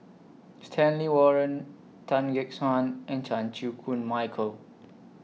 Stanley Warren Tan Gek Suan and Chan Chew Koon Michael